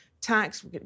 tax